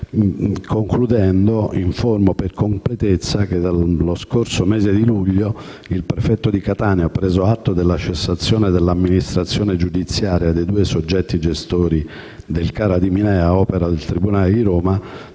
Concludendo, informo, per completezza, che nello scorso mese di luglio il prefetto di Catania, preso atto della cessazione dell'amministrazione giudiziaria dei due dei soggetti gestori del CARA di Mineo ad opera del tribunale di Roma,